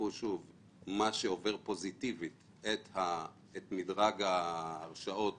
מה שעובר פוזיטיבית את מדרג ההרשאות